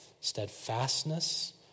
steadfastness